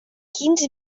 quins